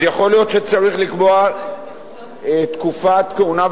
יכול להיות שצריך לקבוע תקופת כהונה,